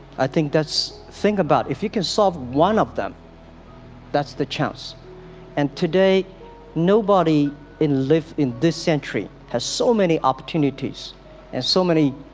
i think that's think about if you can solve one of them that's the chance and today nobody in live in this century has so many opportunities and so many